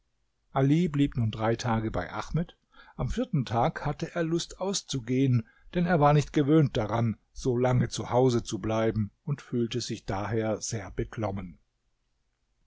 ali blieb nun drei tage bei ahmed am vierten tag hatte er lust auszugehen denn er war nicht gewöhnt daran so lange zu hause zu bleiben und fühlte sich daher sehr beklommen